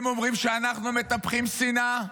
הם אומרים שאנחנו מטפחים שנאה.